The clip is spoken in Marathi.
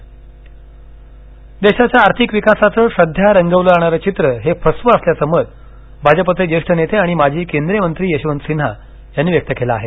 यशवंत सिन्हा देशाच्या आर्थिक विकासाचं सध्या रंगवलं जाणारं चित्र हे फसवं असल्याचं मत भाजपचे ज्येष्ठ नेते आणि माजी केंद्रीय मंत्री यशवंत सिन्हा यांनी व्यक्त केलं आहे